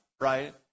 right